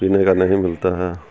پینے کا نہیں ملتا ہے